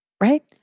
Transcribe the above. Right